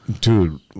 dude